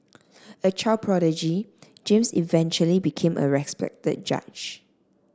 a child prodigy James eventually became a respected judge